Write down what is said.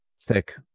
thick